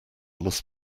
must